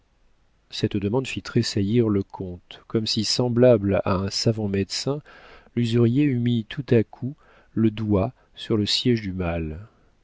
cette demande fit tressaillir le comte comme si semblable à un savant médecin l'usurier eût mis tout à coup le doigt sur le siége du mal